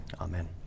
Amen